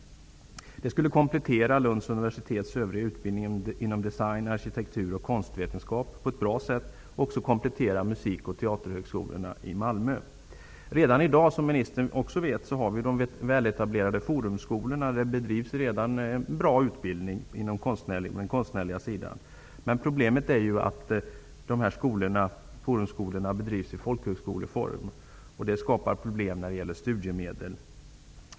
Det skulle komplettera Lunds universitets övriga utbildningar inom design, arkitektur och konstvetenskap på ett bra sätt och också komplettera musik och teaterhögskolorna i Redan i dag, som ministern också vet, finns de väletablerade Forum-skolorna där det bedrivs en bra utbildning inom den konstnärliga sidan. Problemet är att de skolorna bedrivs i folkhögskoleform. Det skapar problem i fråga om studiemedel.